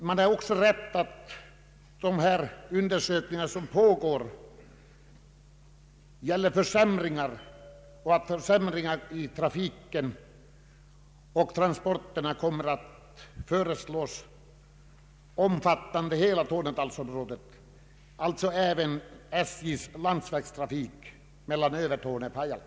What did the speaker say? Det är troligt att de undersökningar som pågår gäller försämringar och att försämringar i trafiken och transporterna kommer att föreslås för hela Tornedalsområdet, även vad gäller SJ:s landsvägstransporter mellan Övertorneå och Pajala.